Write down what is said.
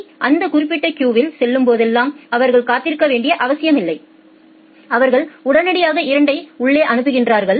கள் அந்த குறிப்பிட்ட கியூவில் செல்லும்போதெல்லாம் அவர்கள் காத்திருக்க வேண்டிய அவசியமில்லை அவர்கள் உடனடியாக 2 யை உள்ளே அனுப்புகிறார்கள்